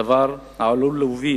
דבר העלול להביא